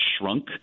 shrunk